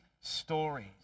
stories